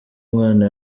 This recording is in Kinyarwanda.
umwana